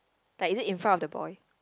like is it in front of the boy